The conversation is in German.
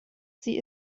sie